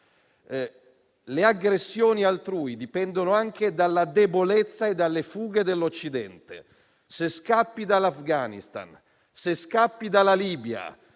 Le aggressioni altrui dipendono anche dalla debolezza e dalle fughe dell'Occidente: se si scappa dall'Afghanistan e dalla Libia,